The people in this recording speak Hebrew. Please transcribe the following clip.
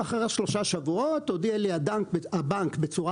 אחרי 3 שבועות הודיע לי הבנק בצורה